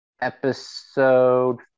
episode